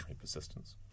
persistence